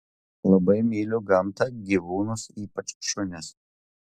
labai myliu gamtą gyvūnus ypač šunis